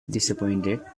disappointed